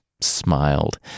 smiled